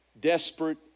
desperate